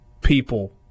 people